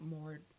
more